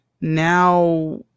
now